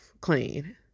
clean